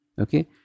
okay